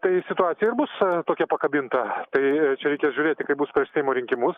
tai situacija ir bus tokia pakabinta tai čia reikia žiūrėti kaip bus prieš seimo rinkimus